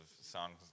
songs